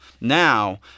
now